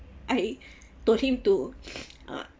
I told him to uh